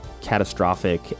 catastrophic